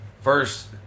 first